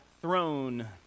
throne